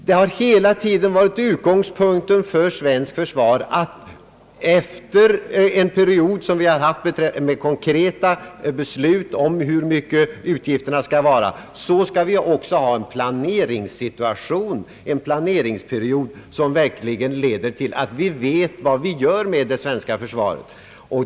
Det har hela tiden varit utgångspunkten för svenskt försvar att vi, efter en period med konkreta beslut om hur stora utgifterna skall vara, skall ha en planeringsperiod, som ger klarhet om utvecklingen för det svenska försvaret.